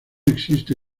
existe